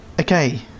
okay